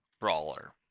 Brawler